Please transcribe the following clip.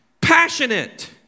passionate